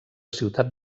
ciutat